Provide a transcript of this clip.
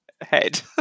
head